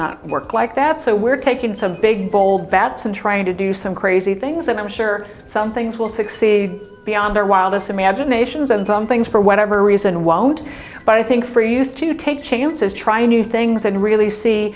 not work like that so we're taking some big bold vats and trying to do some crazy things and i'm sure some things will succeed beyond our wildest imaginations and some things for whatever reason won't but i think for us to take chances try new things and really see